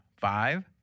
Five